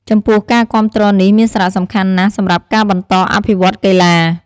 ចំពោះការគាំទ្រនេះមានសារៈសំខាន់ណាស់សម្រាប់ការបន្តអភិវឌ្ឍកីឡា។